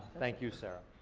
thank you, sarah.